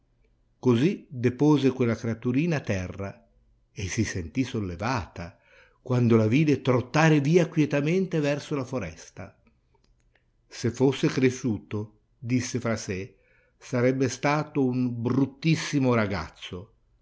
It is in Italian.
così depose quella creaturina a terra e si sentì sollevata quando la vide trottare via quietamente verso la foresta se fosse cresciuto disse fra sè sarebbe stato un bruttissimo ragazzo